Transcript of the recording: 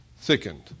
thickened